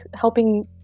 helping